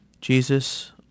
Jesus